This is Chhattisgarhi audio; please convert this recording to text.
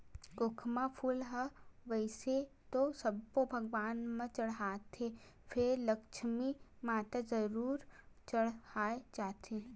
खोखमा फूल ल वइसे तो सब्बो भगवान म चड़हाथे फेर लक्छमी माता म जरूर चड़हाय जाथे